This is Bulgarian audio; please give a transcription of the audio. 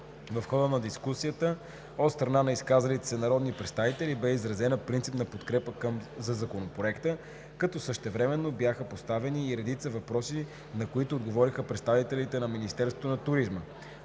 В хода на дискусията от страна на изказалите се народни представители бе изразена принципна подкрепа за Законопроекта, като същевременно бяха поставени и редица въпроси, на които отговориха представителите на Министерството на туризма.